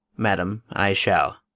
madam, i shall.